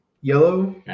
Yellow